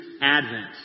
advent